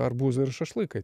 arbūzai ir šašlykai